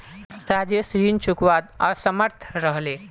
राजेश ऋण चुकव्वात असमर्थ रह ले